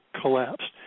collapsed